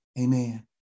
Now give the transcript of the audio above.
Amen